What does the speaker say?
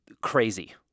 crazy